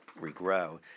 regrow